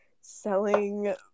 selling